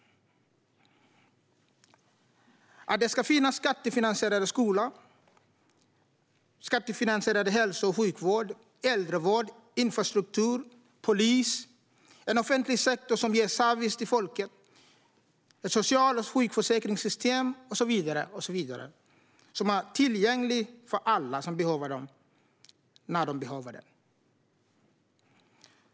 Det ska finnas skattefinansierad skola, hälso och sjukvård, äldrevård, infrastruktur, polis, en offentlig sektor som ger service till folket, ett social och sjukförsäkringssystem och så vidare som är tillgängliga för alla som behöver dem när de behöver dem.